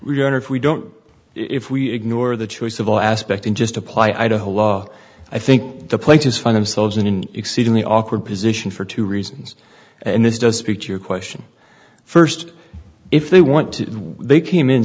or if we don't if we ignore the choice of all aspect in just apply idaho law i think the place is fine of selves in an exceedingly awkward position for two reasons and this does speak to your question first if they want to they came in